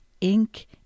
ink